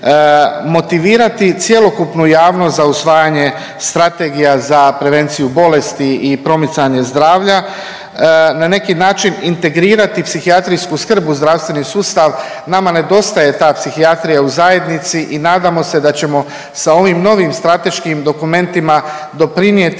Motivirati cjelokupnu javnost za usvajanje strategija za prevenciju bolesti i promicanje zdravlja. Na neki način integrirati psihijatrijsku skrb u zdravstveni sustav. Nama nedostaje ta psihijatrija u zajednici i nadamo se da ćemo sa ovim novim strateškim dokumentima doprinijeti